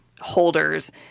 holders